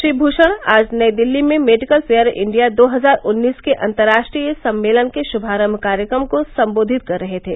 श्री भूषण आज नई दिल्ली में मेडिकल फेयर इण्डिया दो हजार उन्नीस के अन्तर्राष्ट्रीय सम्मेलन के शुभारम्भ कार्यक्रम को सम्बोधित कर रहे थे